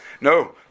No